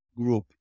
group